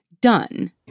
done